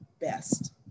best